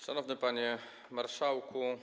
Szanowny Panie Marszałku!